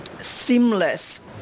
seamless